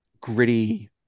gritty